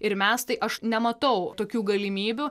ir mes tai aš nematau tokių galimybių